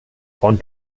von